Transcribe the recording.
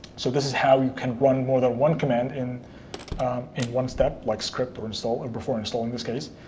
so this is how you can run more than one command in in one step like, script, or install, or before install, in this case,